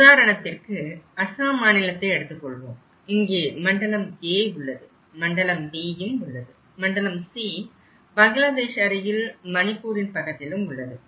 உதாரணத்திற்கு அஸ்ஸாம் மாநிலத்தை எடுத்துக் கொள்வோம் இங்கே மண்டலம் A உள்ளது மண்டலம் Bயும் உள்ளது மண்டலம் C பங்களாதேஷ் அருகில் மணிப்பூரின் பக்கத்திலும் உள்ளது